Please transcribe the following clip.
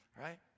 right